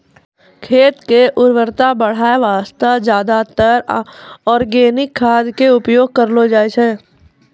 खेत के उर्वरता बढाय वास्तॅ ज्यादातर आर्गेनिक खाद के उपयोग करलो जाय छै